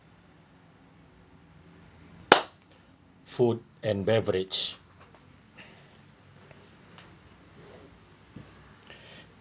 food and beverage